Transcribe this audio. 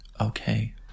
Okay